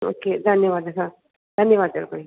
okay धन्यवादः धन्यवादः भगिनि